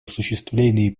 осуществление